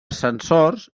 ascensors